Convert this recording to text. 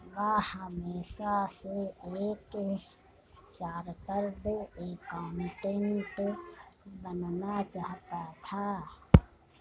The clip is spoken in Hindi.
वह हमेशा से एक चार्टर्ड एकाउंटेंट बनना चाहता था